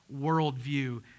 worldview